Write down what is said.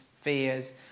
fears